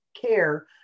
care